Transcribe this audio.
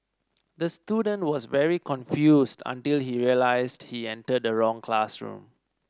the student was very confused until he realised he entered the wrong classroom